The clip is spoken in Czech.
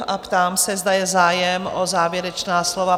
A ptám se, zda je zájem o závěrečná slova?